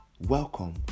Welcome